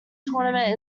tournament